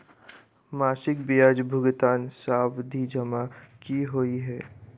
मासिक ब्याज भुगतान सावधि जमा की होइ है?